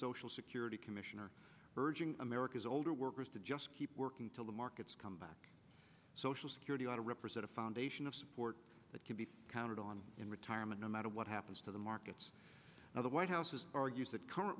social security commissioner urging america's older workers to just keep working till the markets come back social security ought to represent a foundation of support that can be counted on in retirement no matter what happens to the markets now the white house has argued that current